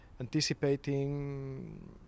anticipating